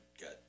got